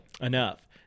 enough